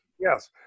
Yes